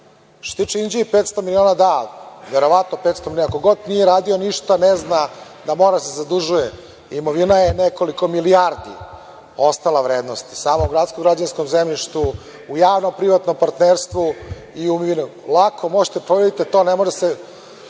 tiče Inđije i 500 miliona da, verovatno 500 miliona, ko god nije radio ništa ne zna da mora da se zadužuje, imovina je nekoliko milijardi ostala vrednosti, samom gradskom građevinskom zemljištu, u javno-privatnom partnerstvu. Lako možete da proverite to. U Rumi ima